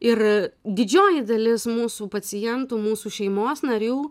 ir didžioji dalis mūsų pacientų mūsų šeimos narių